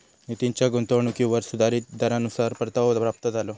नितीनच्या गुंतवणुकीवर सुधारीत दरानुसार परतावो प्राप्त झालो